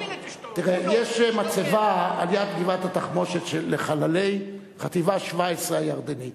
יש מצבה על-יד גבעת-התחמושת לחללי חטיבה 17 הירדנית.